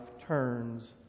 turns